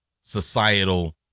societal